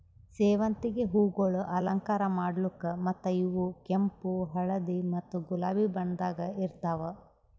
ಸೇವಂತಿಗೆ ಹೂವುಗೊಳ್ ಅಲಂಕಾರ ಮಾಡ್ಲುಕ್ ಮತ್ತ ಇವು ಕೆಂಪು, ಹಳದಿ ಮತ್ತ ಗುಲಾಬಿ ಬಣ್ಣದಾಗ್ ಇರ್ತಾವ್